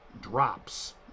drops